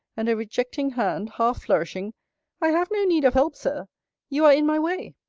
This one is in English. and a rejecting hand, half flourishing i have no need of help, sir you are in my way.